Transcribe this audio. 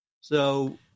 So-